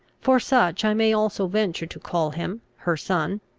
for such i may also venture to call him, her son.